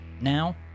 Now